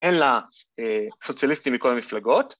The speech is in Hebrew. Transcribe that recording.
‫אלא סוציאליסטים מכל המפלגות.